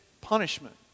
punishment